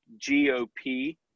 GOP